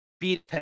beat